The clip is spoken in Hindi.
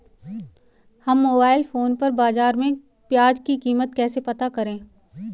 हम मोबाइल फोन पर बाज़ार में प्याज़ की कीमत कैसे पता करें?